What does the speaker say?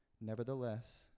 Nevertheless